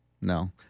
No